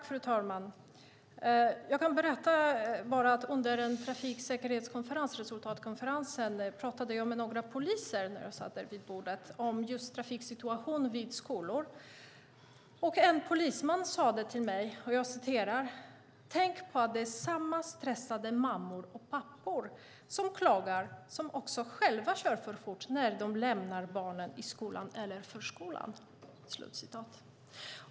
Fru talman! Jag kan bara berätta att jag under en trafiksäkerhetskonferens, resultatkonferensen, pratade med några poliser om just trafiksituationen vid skolor. En polisman sade till mig: Tänk på att det är samma stressade mammor och pappor som klagar som också själva kör för fort när de lämnar barnen i skolan eller förskolan.